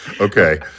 Okay